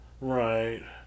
Right